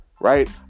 right